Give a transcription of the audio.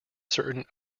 certain